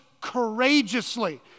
courageously